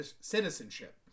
citizenship